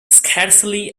scarcely